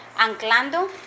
anclando